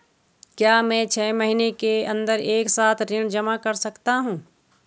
क्या मैं छः महीने के अन्दर एक साथ ऋण जमा कर सकता हूँ?